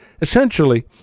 Essentially